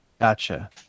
Gotcha